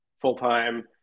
full-time